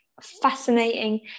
fascinating